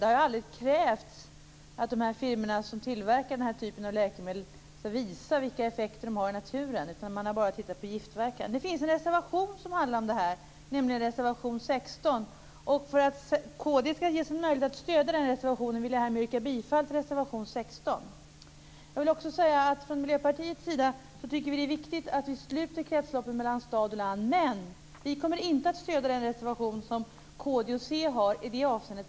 Det har ju aldrig krävts att de firmor som tillverkar den här typen av läkemedel skall visa vilka effekter de har i naturen, utan man har bara tittat på giftverkan. Det finns en reservation som handlar om det här, nämligen reservation 16. För att kd skall ges en möjlighet att stödja den reservationen vill jag härmed yrka bifall reservation 16. Jag vill också säga att Miljöpartiet tycker att det är viktigt att vi sluter kretsloppet mellan stad och land. Men vi kommer inte att stödja den reservation som kd och c har i det avseendet.